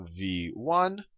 V1